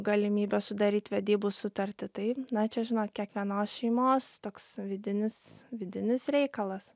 galimybę sudaryt vedybų sutartį tai na čia žinot kiekvienos šeimos toks vidinis vidinis reikalas